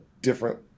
different